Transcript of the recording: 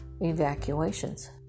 evacuations